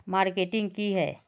Marketing की है?